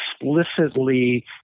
explicitly